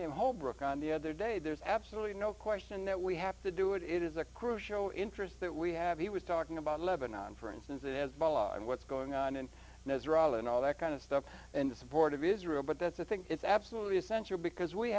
name holbrooke on the other day there's absolutely no question that we have to do it it is a crucial interest that we have he was talking about lebanon for instance as well on what's going on in misrata and all that kind of stuff and the support of israel but that's i think it's absolutely essential because we